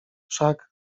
wszak